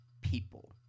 people